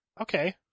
okay